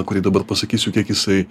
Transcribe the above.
kurį dabar pasakysiu kiek jisai